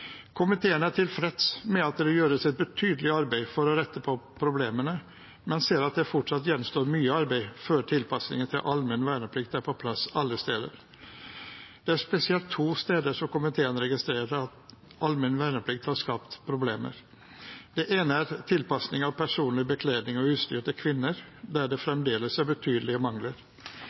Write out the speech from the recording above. Komiteen er tilfreds med at det gjøres et betydelig arbeid for å rette på problemene, men ser at det fortsatt gjenstår mye arbeid før tilpasningen til allmenn verneplikt er på plass alle steder. Det er spesielt to steder der komiteen registrerer at allmenn verneplikt har skapt problemer. Det ene er tilpasning av personlig bekledning og utstyr til kvinner, der det fremdeles er betydelige mangler.